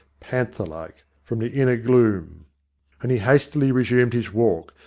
panther-like, from the inner gloom and he hastily resumed his walk,